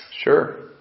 Sure